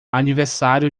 aniversário